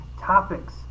topics